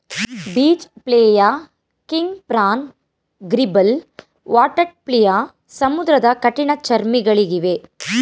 beach flea, king prawn, gribble, water flea ಸಮುದ್ರದ ಕಠಿಣ ಚರ್ಮಿಗಳಗಿವೆ